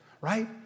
right